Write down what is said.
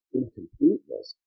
incompleteness